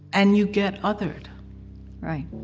and you get othered right,